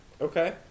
Okay